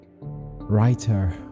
writer